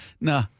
No